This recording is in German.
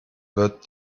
wird